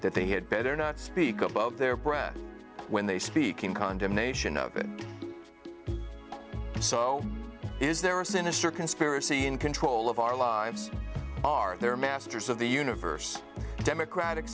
that they had better not speak of their breath when they speak in condemnation of it so is there a sinister conspiracy in control of our lives are they are masters of the universe democratic